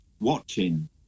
watching